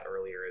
earlier